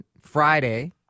Friday